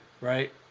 right